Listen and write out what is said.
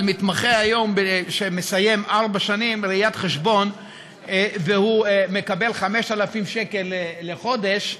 על מתמחה שהיום מסיים ארבע שנים ראיית חשבון ומקבל 5,000 שקל לחודש,